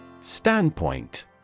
Standpoint